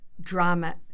Drama